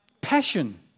passion